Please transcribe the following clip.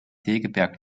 segeberg